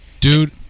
Dude